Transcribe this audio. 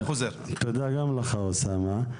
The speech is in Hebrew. תודה גם לך, אוסמה.